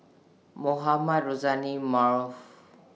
Mohamed Rozani Maarof